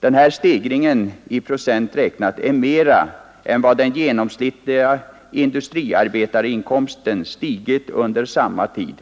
Denna stegring i procent räknat är mera än vad den genomsnittliga industriarbetarinkomsten stigit med under samma tid